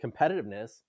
competitiveness